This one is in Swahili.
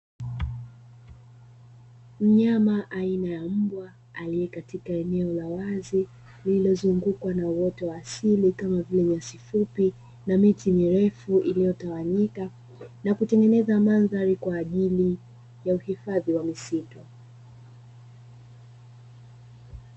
Mnyama aina ya mbwa aliye katika eneo la wazi, lililozungukwa na uwoto wa asili kama vile nyasi fupi na miti mirefu iliyo tawanyika na kutengeneza mandhari kwa ajili ya uhifadhi wa misitu.